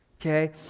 Okay